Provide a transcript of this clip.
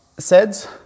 SEDS